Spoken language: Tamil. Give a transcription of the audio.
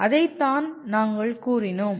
அதைத்தான் நாங்கள் கூறினோம்